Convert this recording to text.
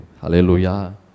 Hallelujah